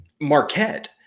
Marquette